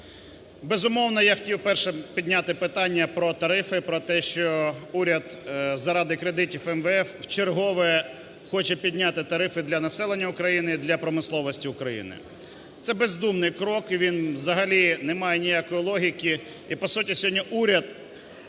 Безумовно, я хотів першим підняти питання про тарифи, про те, що уряд заради кредитів МВФ вчергове хоче підняти тарифи для населення України, для промисловості України. Це бездумний крок, і він не має взагалі ніякої логіки. І, по суті, сьогодні уряд